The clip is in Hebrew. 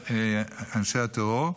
שאלה אנשי הטרור.